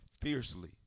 fiercely